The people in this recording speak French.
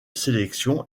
sélection